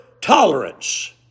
tolerance